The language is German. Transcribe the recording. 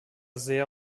sehr